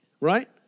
Right